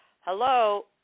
hello